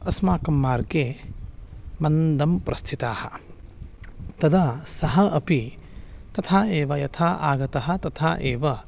अस्माकं मार्गे मन्दं प्रस्थिताः तदा सः अपि तथा एव यथा आगतः तथा एव